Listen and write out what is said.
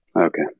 okay